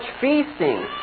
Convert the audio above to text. feasting